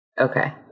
Okay